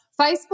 Facebook